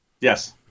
Yes